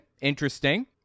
interesting